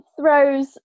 throws